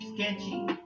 sketchy